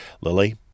Lily